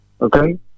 okay